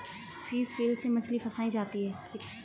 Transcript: fish wheel से मछली फँसायी जाती है